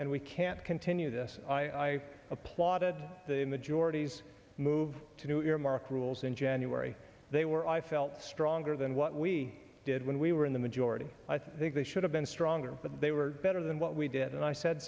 and we can't continue this i applauded the majority's move to do earmark rules in january they were i felt stronger than what we did when we were in the majority i think they should have been stronger but they were better than what we did and i said